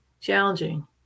challenging